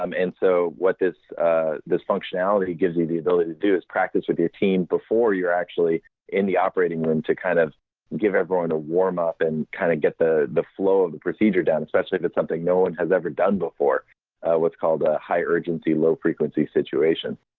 um and so what this this functionality gives you the ability to do is practice with routine before you're actually in the operating room to kind of give everyone a warm up and kind of get the the flow of the procedure done especially if it is something no one has ever done before what's called a high urgency low frequency situation.